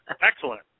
Excellent